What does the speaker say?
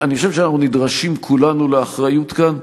אני חושב שאנחנו נדרשים כולנו לאחריות כאן,